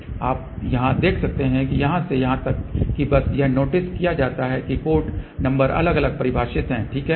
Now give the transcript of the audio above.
तो आप यहां देख सकते हैं कि यहां से यहां तक कि बस यह नोटिस किया जाता है कि पोर्ट नंबर अलग अलग परिभाषित हैं ठीक है